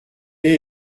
est